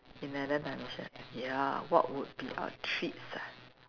in another dimension ya what would be our treats ah